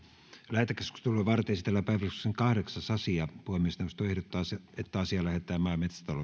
lähetekeskustelua varten esitellään päiväjärjestyksen kahdeksas asia puhemiesneuvosto ehdottaa että asia lähetetään maa ja metsätalousvaliokuntaan